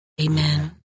Amen